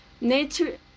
Nature